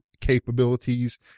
capabilities